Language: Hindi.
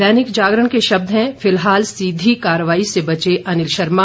दैनिक जागरण के शब्द हैं फिलहाल सीधी कार्रवाई से बचे अनिल शर्मा